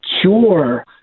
cure